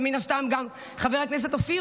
ומן הסתם גם חבר הכנסת אופיר,